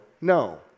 no